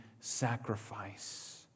sacrifice